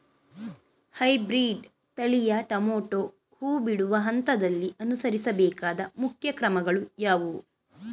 Hybrid ತಳಿಯ tomato ಹೂ ಬಿಡುವ ಹಂತದಲ್ಲಿ ಅನುಸರಿಸಬೇಕಾದ ಮುಖ್ಯ ಕ್ರಮಗಳು ಯಾವುವು?